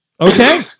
okay